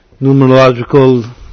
numerological